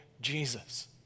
Jesus